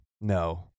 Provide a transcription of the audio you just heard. No